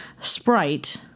Sprite